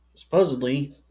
supposedly